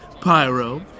Pyro